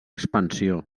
expansió